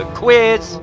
quiz